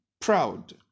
proud